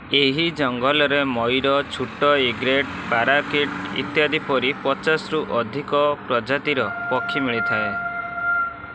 ଏହି ଜଙ୍ଗଲରେ ମୟୂର ଛୋଟ ଇଗ୍ରେଟ୍ ପାରାକିଟ୍ ଇତ୍ୟାଦି ପରି ପଚାଶରୁ ଅଧିକ ପ୍ରଜାତିର ପକ୍ଷୀ ମିଳିଥାଏ